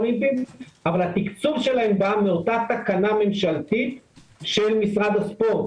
אולימפיים אבל התקצוב שלהם בא מאותה תקנה ממשלתית של משרד הספורט.